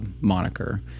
moniker